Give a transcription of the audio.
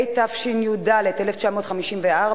התשי"ד 1954,